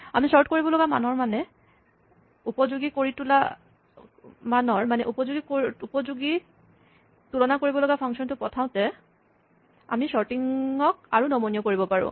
আমি চৰ্ট কৰিবলগা মানৰ উপযোগী তুলনা কৰিব লগা ফাংচনটো পঠাই আমি চৰ্টিঙক আৰু নমনীয় কৰিব পাৰোঁ